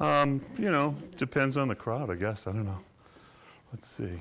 you know it depends on the crowd i guess i don't know let's see